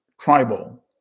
tribal